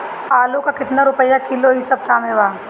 आलू का कितना रुपया किलो इह सपतह में बा?